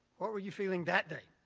what were you feeling that day?